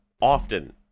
often